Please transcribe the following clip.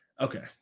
Okay